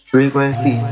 Frequency